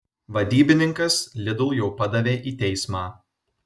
vadybininkas lidl jau padavė į teismą